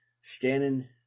standing